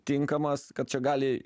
tinkamas kad čia gali